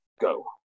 Go